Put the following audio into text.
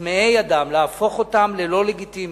צמאי הדם, להפוך אותם ללא-לגיטימיים.